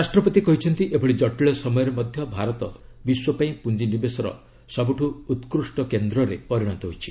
ରାଷ୍ଟପତି କହିଛନ୍ତି ଏଭଳି କଟିଳ ସମୟରେ ମଧ୍ୟ ଭାରତ ବିଶ୍ୱ ପାଇଁ ପୁଞ୍ଜିନିବେଶର ସବୁଠୁ ଉତ୍କୃଷ୍ଟ କେନ୍ଦ୍ରରେ ପରିଣତ ହୋଇଛି